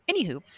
anywho